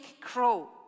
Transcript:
crow